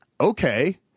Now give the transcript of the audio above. okay